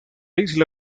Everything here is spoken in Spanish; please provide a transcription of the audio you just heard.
isla